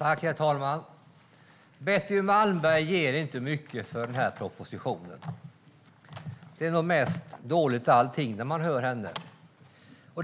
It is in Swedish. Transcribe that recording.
Herr talman! Betty Malmberg ger inte mycket för den här propositionen som jag håller i min hand. Det mesta är nog dåligt, låter det som när man lyssnar på henne.